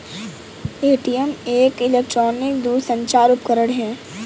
ATM एक electronic दूरसंचार उपकरण है